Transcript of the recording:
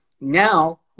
Now